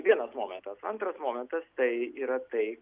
vienas momentas antras momentas tai yra tai